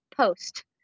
Post